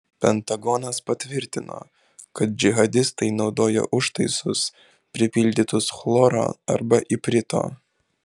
pentagonas patvirtino kad džihadistai naudoja užtaisus pripildytus chloro arba iprito